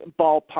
ballpark